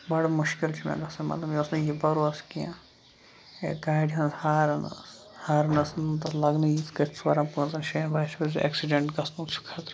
بَڑٕ مُشکِل چھُ مےٚ گژھان مطلب مےٚ اوس نہٕ یہِ بَروسہٕ کیٚنہہ یا گاڑِ ہٕنز ہارن ٲسۍ ہارن ٲسۍ نہٕ تَتھ لگنٕے یَتھ کَن ژورَن یِتھ کَن ایکسِڈنٹ گژھنُک چھُ خطرٕ